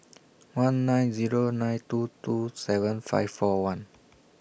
one nine Zero nine two two seven five four one